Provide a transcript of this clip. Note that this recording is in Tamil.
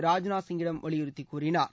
ராஜ்நாத்சிங்கிடம் வலியுறுத்தி கூறினார்